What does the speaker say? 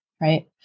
Right